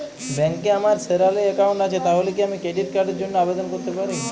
ব্যাংকে আমার salary account আছে তাহলে কি আমি ক্রেডিট কার্ড র জন্য আবেদন করতে পারি?